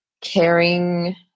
caring